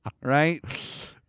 right